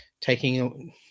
taking